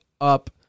up